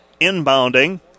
inbounding